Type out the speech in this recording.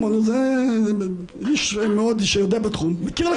זה לא נחשב בכלל ניגוד